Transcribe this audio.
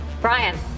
Brian